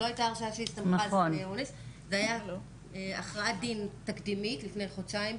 שמחזירה את הממצאים שלה אחרי חצי שנה.